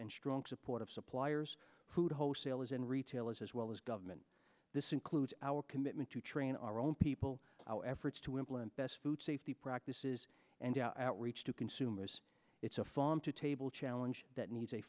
and strong support of suppliers food wholesalers and retailers as well as government this includes our commitment to train our own people our efforts to implement best food safety practices and outreach to consumers it's a farm to table challenge that needs a